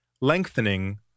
Lengthening